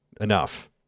enough